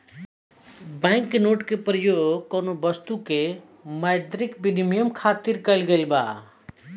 bank note के परयोग कौनो बस्तु के मौद्रिक बिनिमय खातिर कईल गइल बा